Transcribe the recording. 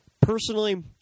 personally